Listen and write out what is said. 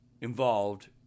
involved